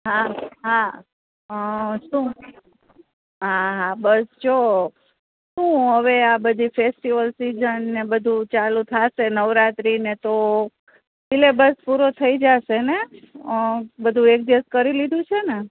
હા હા શું હા હા બરચો શું હવે આ બધી ફેસ્ટિવલ સીઝન અને બધું ચાલુ થાશે નવરાત્રિ ને તો સિલેબસ પૂરો થઈ જાશે ને બધું એડજસ્ટ કરી લીધું છે ને